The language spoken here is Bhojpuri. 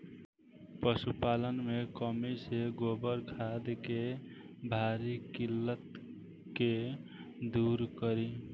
पशुपालन मे कमी से गोबर खाद के भारी किल्लत के दुरी करी?